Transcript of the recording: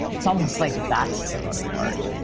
it's almost like, that's the work of art.